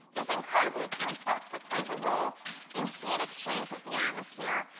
is incredibly complex. it plays a role in heat exchange with the atmosphere,